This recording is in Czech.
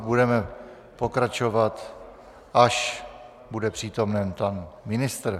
Budeme pokračovat, až bude přítomen pan ministr.